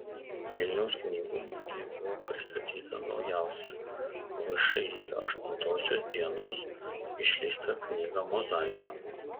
vilniaus knygų mugėje buvo pristatyta naujausia všį aštuntosios dienos išleista knyga mozaika